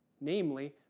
namely